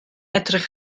edrych